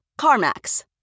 CarMax